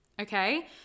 Okay